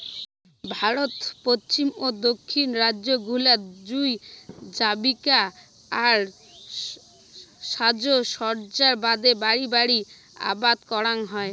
ভারতর পশ্চিম ও দক্ষিণ রাইজ্য গুলাত জুঁই জীবিকা আর সাজসজ্জার বাদে বাড়ি বাড়ি আবাদ করাং হই